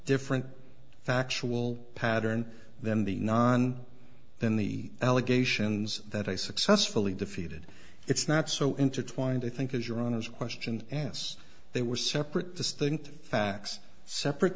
different factual pattern than the non than the allegations that i successfully defeated it's not so intertwined i think is your honest question s they were separate distinct facts separate